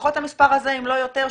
לפחות המספר הזה אם לא יותר,